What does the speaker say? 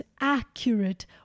accurate